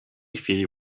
chwili